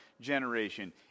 generation